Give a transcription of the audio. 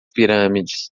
pirâmides